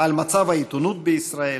על מצב העיתונות בישראל?